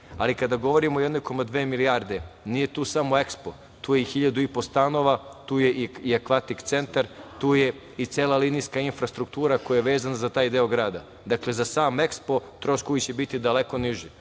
ali, kada govorimo o 1,2 milijarde nije tu samo EKSPO, tu je i 1.500 stanova, tu je i „Akvatik centar“, tu je i cela linijska infrastruktura koja je vezana za taj deo grada. Dakle, za sam EKSPO troškovi će biti daleko niži.